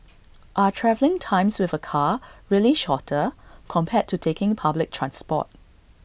are travelling times with A car really shorter compared to taking public transport